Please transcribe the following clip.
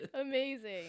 Amazing